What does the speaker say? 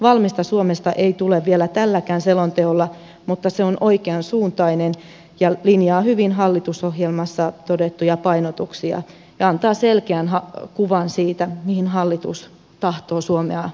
valmista suomesta ei tule vielä tälläkään selonteolla mutta se on oikean suuntainen ja linjaa hyvin hallitusohjelmassa todettuja painotuksia ja antaa selkeän kuvan siitä mihin hallitus tahtoo suomea liikennepolitiikalla rakentaa